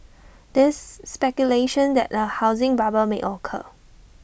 there's speculation that A housing bubble may occur